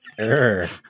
Err